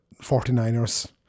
49ers